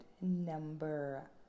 number